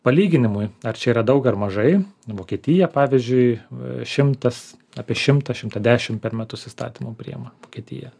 palyginimui ar čia yra daug ar mažai vokietija pavyzdžiui šimtas apie šimtą šimtą dešim per metus įstatymų priima vokietija